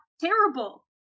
terrible